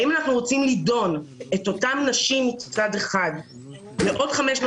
האם אנחנו רוצים לדון את אותן נשים מצד אחד לעוד חמש שנות